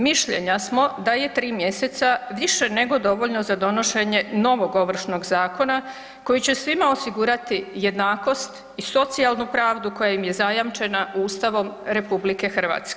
Mišljenja smo da je 3 mjeseca više nego dovoljno za donošenje novog Ovršnog zakona koji će svima osigurati jednakost i socijalnu pravdu koja im je zajamčena Ustavom RH.